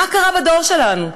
מה קרה בדור שלנו?